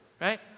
Right